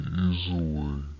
easily